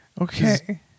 Okay